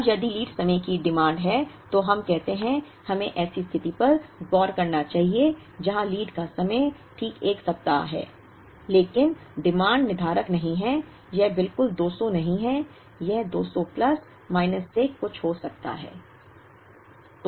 अब यदि लीड समय की मांग है तो हम कहते हैं हमें ऐसी स्थिति पर गौर करना चाहिए जहां लीड का समय ठीक 1 सप्ताह है लेकिन मांग निर्धारक नहीं है यह बिल्कुल 200 नहीं है यह 200 प्लस माइनस से कुछ हो सकता है